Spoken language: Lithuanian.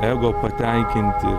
ego patenkinti